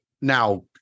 now